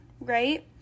right